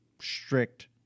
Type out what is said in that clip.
strict